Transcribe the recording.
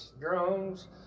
drones